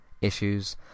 issues